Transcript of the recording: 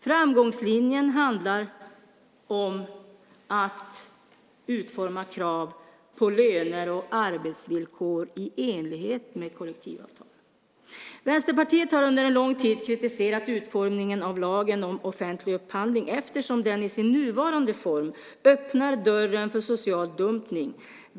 Framgångslinjen handlar om att utforma krav på löner och arbetsvillkor i enlighet med kollektivavtal. Vänsterpartiet har under lång tid kritiserat utformningen av lagen om offentlig upphandling eftersom den i sin nuvarande form öppnar dörren för social dumpning.